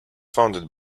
founded